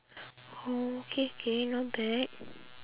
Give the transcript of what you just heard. oh K K not bad